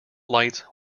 lights